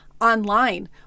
online